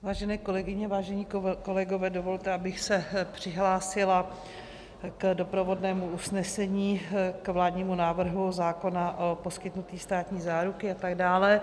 Vážené kolegyně, vážení kolegové, dovolte, abych se přihlásila k doprovodnému usnesení k vládnímu návrhu zákona o poskytnutí státní záruky atd.